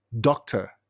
doctor